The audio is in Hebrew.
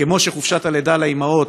כמו שחופשת הלידה לאימהות,